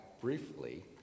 briefly